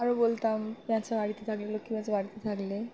আরও বলতাম প্যাঁচা বাড়িতে থাকলে লক্ষ্মীপ্যাঁচা বাড়িতে থাকলে